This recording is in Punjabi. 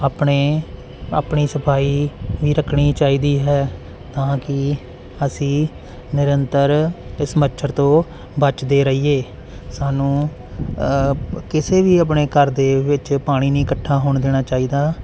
ਆਪਣੇ ਆਪਣੀ ਸਫਾਈ ਵੀ ਰੱਖਣੀ ਚਾਹੀਦੀ ਹੈ ਤਾਂ ਕਿ ਅਸੀਂ ਨਿਰੰਤਰ ਇਸ ਮੱਛਰ ਤੋਂ ਬਚਦੇ ਰਹੀਏ ਸਾਨੂੰ ਕਿਸੇ ਵੀ ਆਪਣੇ ਘਰ ਦੇ ਵਿੱਚ ਪਾਣੀ ਨਹੀਂ ਇਕੱਠਾ ਹੋਣ ਦੇਣਾ ਚਾਹੀਦਾ